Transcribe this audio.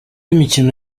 imikino